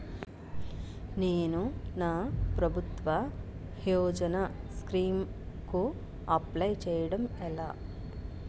నేను నా ప్రభుత్వ యోజన స్కీం కు అప్లై చేయడం ఎలా?